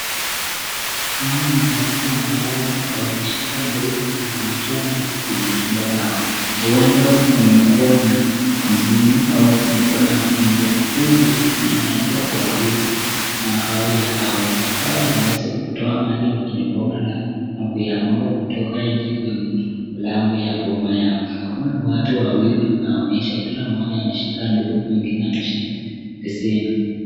Hawa ni watu ambao wanashika ndoo na wanatoa maji katika chumba lao. Huenda kumekua msimu au kumekua na mvua kubwa na inaweza kuathiri makao ya hawa watu. Hawa watu wanaeza kutoa mali kwenye boma lao na kuyamwaga kutoka nje kwenye mlango wa bluu kutoka boma yao. Hawa ni watu wawili inaonyesha kila mmoja ameshika ndoo, mwingine basin